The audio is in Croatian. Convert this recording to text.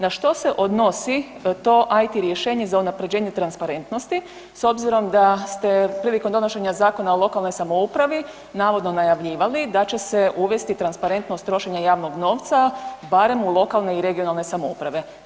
Na što se odnosi to IT rješenje za unapređenje transparentnosti s obzirom da ste prilikom donošenja Zakona o lokalnoj samoupravi navodno najavljivali da će se uvesti transparentnost trošenja javnog novca barem lokalne i regionalne samouprave.